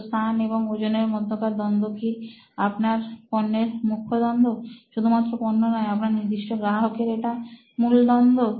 তো স্থান এবং ওজনের মধ্যকার দ্বন্দ্ব কি আপনার পণ্যের মুখ্য দ্বন্দ্ব শুধুমাত্র পণ্য নয় আপনার নির্দিষ্ট গ্রাহকের এটা মূল দ্বন্দ্ব